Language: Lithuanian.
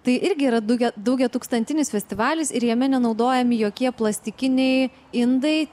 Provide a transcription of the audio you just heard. tai irgi yra daugia daugiatūkstantinis festivalis ir jame nenaudojami jokie plastikiniai indai